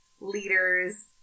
leaders